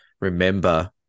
remember